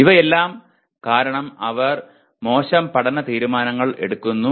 ഇവയെല്ലാം കാരണം അവർ മോശം പഠന തീരുമാനങ്ങൾ എടുക്കുന്നു